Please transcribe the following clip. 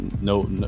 no